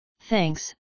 Thanks